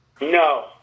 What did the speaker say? No